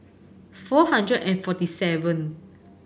four hundred and forty seven